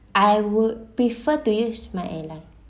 I would prefer to use my airline